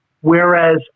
Whereas